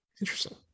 Interesting